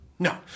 No